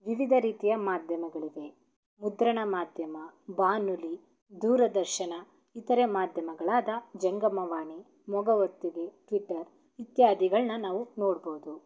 ವಿವಿಧ ರೀತಿಯ ಮಾಧ್ಯಮಗಳಿದೆ ಮುದ್ರಣ ಮಾಧ್ಯಮ ಬಾನುಲಿ ದೂರದರ್ಶನ ಇತರೆ ಮಾಧ್ಯಮಗಳಾದ ಜಂಗಮವಾಣಿ ಮೊಗಹೊತ್ತಿಗೆ ಟ್ವಿಟ್ಟರ್ ಇತ್ಯಾದಿಗಳನ್ನ ನಾವು ನೋಡ್ಬೌದು